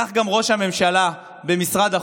כך גם ראש הממשלה במשרד החוץ,